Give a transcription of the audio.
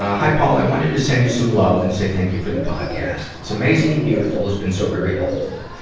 hi, paul. i wanted to send you some love and say thank you for the podcast. it's amazing and beautiful. it's been so very helpful.